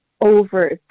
over